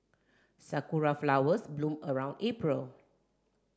sakura flowers bloom around April